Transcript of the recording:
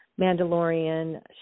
Mandalorian